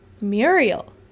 Muriel